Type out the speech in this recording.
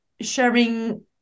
sharing